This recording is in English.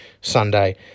Sunday